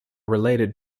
related